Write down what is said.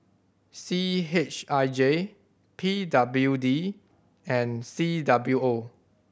C H I J P W D and C W O